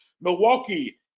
Milwaukee